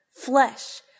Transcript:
Flesh